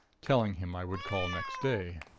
telling him i would call next day.